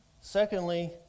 Secondly